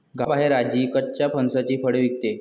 गावाबाहेर आजी कच्च्या फणसाची फळे विकते